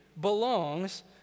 belongs